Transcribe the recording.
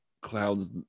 clouds